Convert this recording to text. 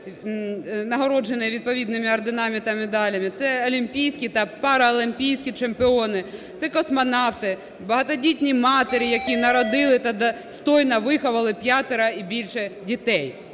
нагороджені відповідними орденами та медалями; це олімпійські та паралімпійські чемпіони; це космонавти; багатодітні матері, які народили та достойно виховати п'ятеро і більше дітей.